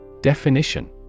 Definition